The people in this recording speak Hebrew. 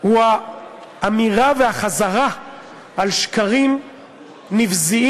כל הזמן, הוא האמירה והחזרה על שקרים נבזיים